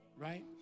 Right